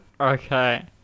Okay